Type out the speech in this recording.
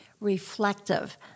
reflective